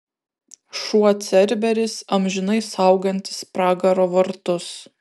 šuo cerberis amžinai saugantis pragaro vartus